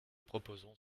proposons